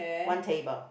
one table